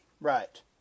Right